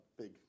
big